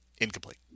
incomplete